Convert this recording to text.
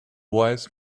wise